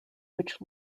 which